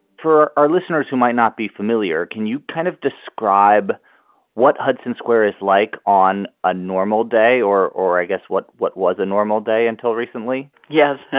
for our listeners who might not be familiar. can you kind of describe what hudson square is like on a normal day or or i guess what what was a normal day until recently? yes.